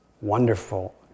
wonderful